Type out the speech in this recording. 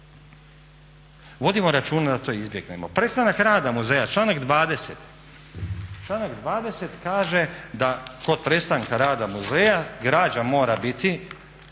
Vodimo računa da to izbjegnemo. Prestanak rada muzeja, članak 20. kaže da kod prestanka rada muzeja građa mora biti,